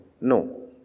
no